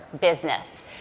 business